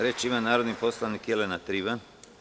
Reč ima narodni poslanik Jelena Trivan.